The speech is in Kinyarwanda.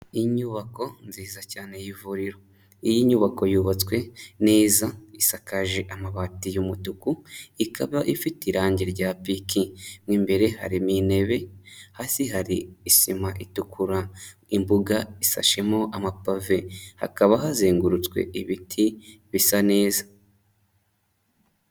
Inyubako nziza cyane y'ivuriro, iyi nyubako yubatswe neza isakaje amabati y'umutuku, ikaba ifite irangi rya piki, mo imbere harimo intebe, hasi hari isima itukura, imbuga isashemo amapave, hakaba hazengurutswe ibiti bisa neza.